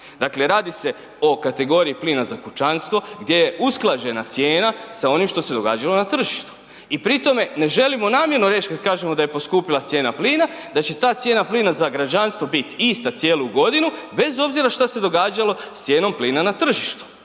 Dakle radi se o kategoriji plina za kućanstvo gdje je usklađena cijena sa onim što se događalo na tržištu i pri tome ne želimo namjerno reći kad kažemo da je poskupila cijena plina, da će ta cijena plina za građanstvo biti ista cijelu godinu bez obzira šta se događalo s cijenom plina na tržištu.